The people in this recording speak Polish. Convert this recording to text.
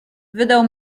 wydał